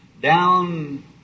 down